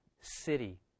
city